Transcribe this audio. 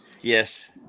Yes